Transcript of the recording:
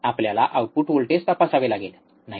आपल्याला output voltage तपासावे लागेल नाही का